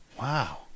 Wow